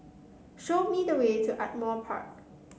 show me the way to Ardmore Park